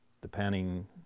depending